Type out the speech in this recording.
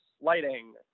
lighting